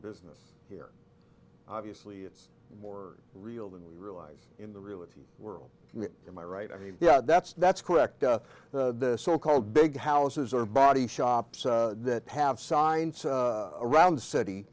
business here obviously it's more real than we realize in the reality world in my right i mean yeah that's that's correct the so called big houses or body shops that have signed around the city